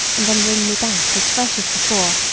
and then bring me back as fresh as before,